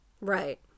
Right